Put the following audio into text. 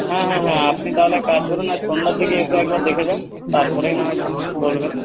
হ্যাঁ হ্যাঁ হ্যাঁ আপনি তাহলে এক কাজ করুন আজ সন্ধ্যার দিকে এসে একবার দেখে যান তারপরেই না হয় বলবেন